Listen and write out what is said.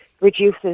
reduces